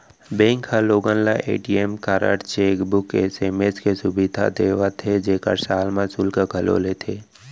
bank ह लोगन ल ए.टी.एम कारड, चेकबूक, एस.एम.एस के सुबिधा देवत हे जेकर साल म सुल्क घलौ लेथे